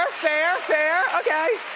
fair, fair, fair, okay.